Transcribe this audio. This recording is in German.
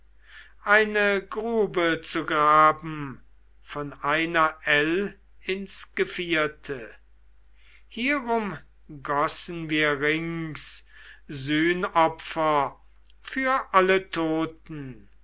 eine grube zu graben von einer ell ins gevierte hierum gossen wir rings sühnopfer für alle toten